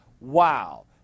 Wow